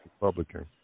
Republican